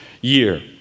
year